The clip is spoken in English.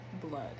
blood